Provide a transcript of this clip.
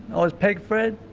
i was peg fed,